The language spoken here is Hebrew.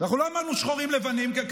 אנחנו לא אמרנו: שחורים ולבנים, כן?